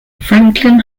franklin